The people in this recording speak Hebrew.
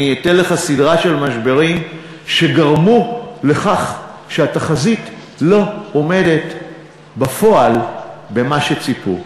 אתן לך סדרה של משברים שגרמו לכך שהתחזית לא עומדת בפועל במה שציפו.